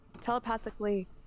telepathically